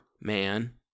man